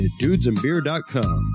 dudesandbeer.com